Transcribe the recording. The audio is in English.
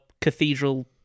cathedral